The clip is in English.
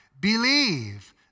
believe